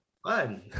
fun